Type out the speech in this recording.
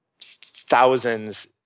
thousands